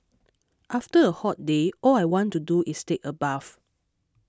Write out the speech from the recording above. after a hot day all I want to do is take a bath